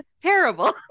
Terrible